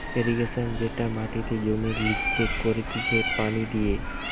irrigation যেটা মাটিতে জমির লিচে করতিছে পানি দিয়ে